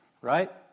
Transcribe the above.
right